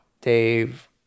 Dave